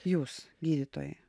jūs gydytoja